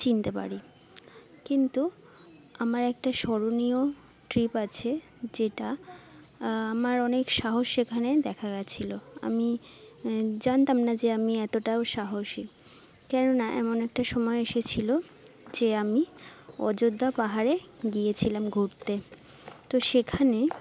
চিন্তে পারি কিন্তু আমার একটা স্মরণীয় ট্রিপ আছে যেটা আমার অনেক সাহস সেখানে দেখা গেছিলো আমি জানতাম না যে আমি এতোটাও সাহসী কেন না এমন একটা সময় এসেছিলো যে আমি অযোধ্যা পাহাড়ে গিয়েছিলাম ঘুরতে তো সেখানে